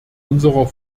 unserer